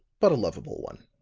but a lovable one.